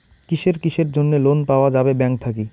কিসের কিসের জন্যে লোন পাওয়া যাবে ব্যাংক থাকি?